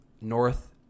north